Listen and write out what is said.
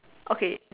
okay